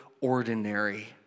ordinary